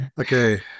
Okay